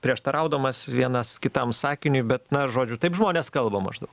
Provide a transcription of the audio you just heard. prieštaraudamas vienas kitam sakiniui bet na žodžiu taip žmonės kalba maždau